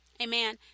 Amen